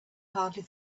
hardly